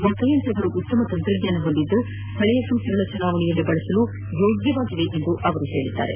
ಮತಯಂತ್ರಗಳು ಉತ್ತಮ ತಂತ್ರಜ್ಞಾನ ಹೊಂದಿದ್ದು ಸ್ಥಳೀಯ ಸಂಸ್ದೆಗಳ ಚುನಾವಣೆಯಲ್ಲಿ ಬಳಸಲು ಯೋಗ್ಯವಾಗಿವೆ ಎಂದಿದ್ದಾರೆ